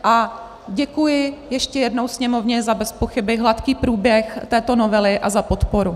A děkuji ještě jednou Sněmovně za bezpochyby hladký průběh této novely a za podporu.